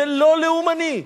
זה לא לאומני.